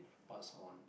pass on